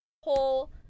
whole